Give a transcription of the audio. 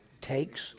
Takes